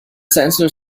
sensor